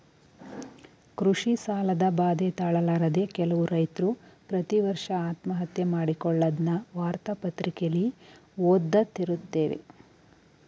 ಕೃಷಿ ಸಾಲದ ಬಾಧೆ ತಾಳಲಾರದೆ ಕೆಲವು ರೈತ್ರು ಪ್ರತಿವರ್ಷ ಆತ್ಮಹತ್ಯೆ ಮಾಡಿಕೊಳ್ಳದ್ನ ವಾರ್ತಾ ಪತ್ರಿಕೆಲಿ ಓದ್ದತಿರುತ್ತೇವೆ